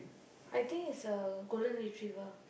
I think it's a golden retriever